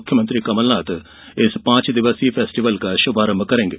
मुख्यमंत्री कमलनाथ पांच दिवसीय फेस्टिवल का शुभारंभ करेंगे